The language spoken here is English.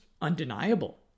undeniable